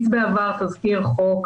זה יצא 5,000 בסך הכל,